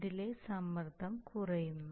ഇതിലെ സമ്മർദ്ദം കുറയുന്നു